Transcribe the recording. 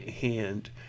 hand